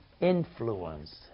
influence